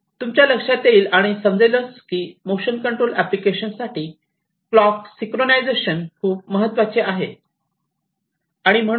तुमच्या लक्षात येईल आणि समजेल की मोशन कंट्रोल एप्लीकेशन साठी क्लॉक सिंक्रोनाइझेशन खूप महत्त्वाचे आहे